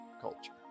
Culture